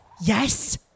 Yes